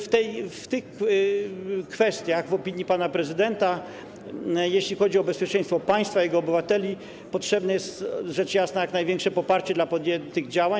W tych kwestiach w opinii pana prezydenta, jeśli chodzi o bezpieczeństwo państwa, jego obywateli, potrzebne jest rzecz jasna jak największe poparcie dla podjętych działań.